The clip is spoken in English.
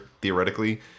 theoretically